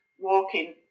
walking